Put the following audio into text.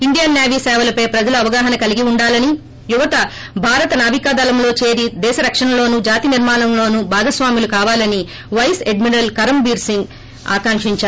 Indian navy సేవలపై ప్రజలు అవగాహన కలిగి ఉండాలని యువత భారత నావికాదళంలో చేరి దేశ రక్షణలోను జాతి నిర్మాణంలోను భాగస్వాములు కావాలని పైస్ ఎడ్మిరల్ కరమ్ బీర్ సింగ్ ఆకాంక్షించారు